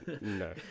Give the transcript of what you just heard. No